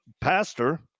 pastor